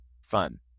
fun